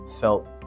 felt